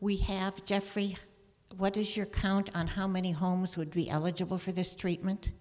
we have jeffrey what is your count on how many homes would be eligible for this treatment